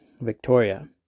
Victoria